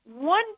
one